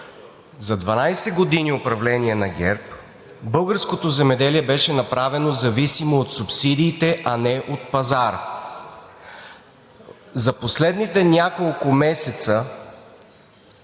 години управление на ГЕРБ българското земеделие беше направено зависимо от субсидиите, а не от пазара. За последните няколко месеца